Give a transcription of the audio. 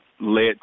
led